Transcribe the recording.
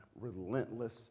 relentless